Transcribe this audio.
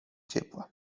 ciepła